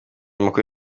makuru